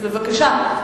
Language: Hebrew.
אז בבקשה.